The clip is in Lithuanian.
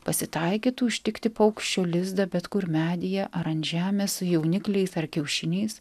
pasitaikytų užtikti paukščio lizdą bet kur medyje ar ant žemės su jaunikliais ar kiaušiniais